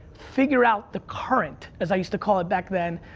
figure out the current, as i used to call it back then.